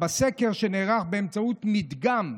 בסקר שנערך באמצעות מדגם,